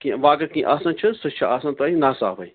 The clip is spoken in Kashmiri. کیٚنٛہہ وۄنۍ اگر کیٚنٛہہ آسان چھُ سُہ چھُ آسان تۄہہِ نا صافٕے